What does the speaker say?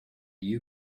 you